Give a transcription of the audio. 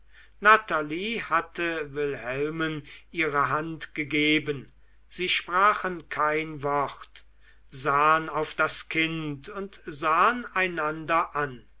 natalie hatte wilhelmen ihre hand gegeben sie sprachen kein wort sahen auf das kind und sahen einander an